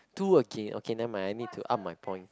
two okay okay never mind I need to up my points